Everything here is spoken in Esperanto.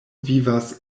vivas